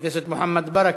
חבר הכנסת מוחמד ברכה.